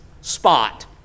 spot